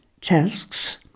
tasks